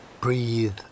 Breathe